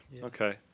okay